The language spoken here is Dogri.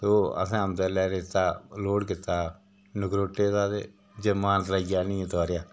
तो असें औंदे लै रेता लोड कीता नगरोटे दा ते मानतलाई आनियै तोआरेआ